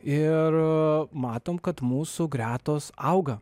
ir matom kad mūsų gretos auga